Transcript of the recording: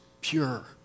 pure